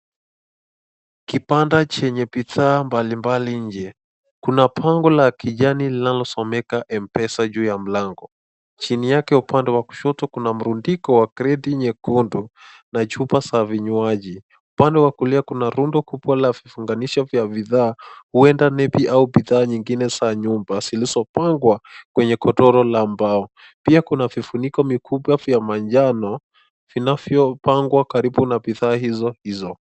Kibanda chenye bidhaa mbali mbali nje. Kuna bango la kijani linalosomeka Mpesa juu ya mlango. Chini yake upande wa kushoto, kuna mrundiko wa kireti nyekundu na chupa za vinywaji. Upande wa kulia kuna rundo kubwa la vifunganisho la bidhaa huende nepi ama bidhaa nyingine za nyumba zilizofungwa kwenye godoro la mbao. Pia kuna vifuniko vikubwa vya manjano vinavyopangwa na bidhaa hizo hizo.